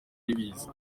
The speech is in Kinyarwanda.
y’ibiza